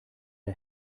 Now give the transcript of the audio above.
der